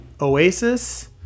Oasis